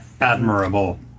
admirable